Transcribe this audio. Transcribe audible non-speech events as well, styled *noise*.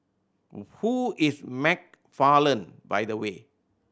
*noise* who is McFarland by the way